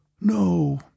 No